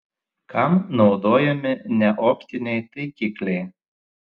kam naudojami neoptiniai taikikliai